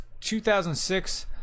2006